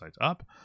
up